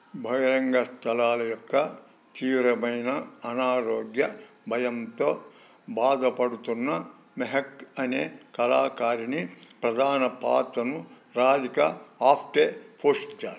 బహిరంగ స్థలాల యొక్క తీవ్రమైన అనారోగ్య భయంతో బాధపడుతున్న మెహక్ అనే కళాకారిణి ప్రధాన పాత్రను రాధికా ఆప్టే పోషించారు